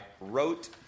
wrote